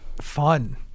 Fun